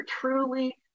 truly